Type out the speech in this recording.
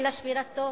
אלא שבירתו.